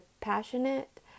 passionate